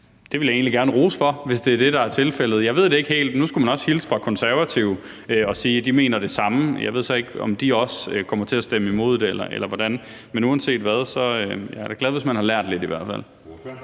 Det vil jeg egentlig gerne rose, hvis det er det, der er tilfældet. Jeg ved det ikke helt. Nu skulle man også hilse fra Konservative og sige, at de mener det samme. Jeg ved så ikke, om de så også kommer til at stemme imod det eller hvordan, men uanset hvad er jeg da i hvert fald glad, hvis man har lært lidt. Kl.